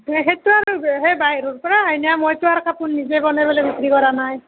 সেই সেইটোৱে আৰু সেই বাহিৰৰ পৰা আহে না মইটো আৰু কাপোৰ নিজে বনাই পেলাই বিক্ৰী কৰা নাই